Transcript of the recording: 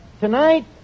Tonight